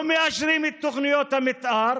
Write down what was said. לא מאשרים את תוכניות המתאר.